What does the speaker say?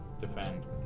defend